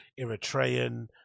Eritrean